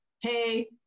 hey